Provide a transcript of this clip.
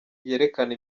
yerekana